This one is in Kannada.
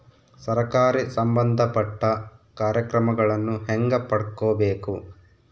ಸರಕಾರಿ ಸಂಬಂಧಪಟ್ಟ ಕಾರ್ಯಕ್ರಮಗಳನ್ನು ಹೆಂಗ ಪಡ್ಕೊಬೇಕು?